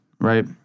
right